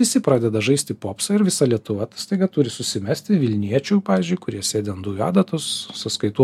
visi pradeda žaisti popsą ir visa lietuva staiga turi susimesti vilniečių pavyzdžiui kurie sėdi ant dujų adatos sąskaitų